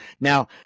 Now